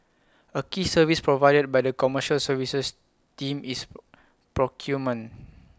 A key service provided by the commercial services team is procurement